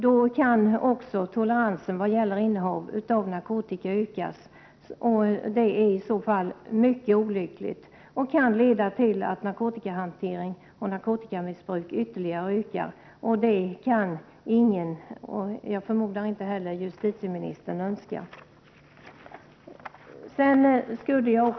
Om det är så, kan ju toleransen vad gäller innehav av narkotika bli större, vilket skulle vara mycket olyckligt. Det kan ju leda till en ökning i fråga om både narkotikahanteringen och narkotikamissbruket. Någonting sådant kan väl ingen önska. Jag förmodar att inte heller justitieministern önskar det.